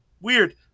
Weird